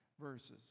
verses